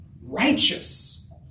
righteous